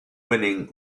winning